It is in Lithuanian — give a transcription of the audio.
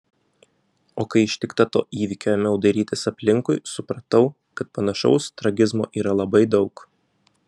o kai ištikta to įvykio ėmiau dairytis aplinkui supratau kad panašaus tragizmo yra labai daug